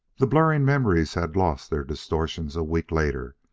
the blurring memories had lost their distortions a week later,